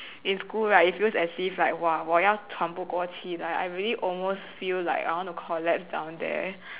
in school right it feels as if like !wah! 我要喘不过气 like I really almost feel like I want to collapse down there